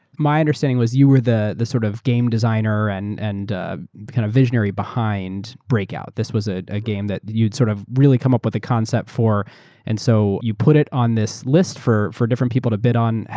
my understanding was you were the the sort of game designer and and ah kind of visionary behind breakout, this was a ah game that you sort of really come up with a concept for and so you put it on this list for for different people to bid on,